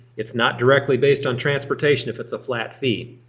it's not directly based on transportation if it's a flat fee.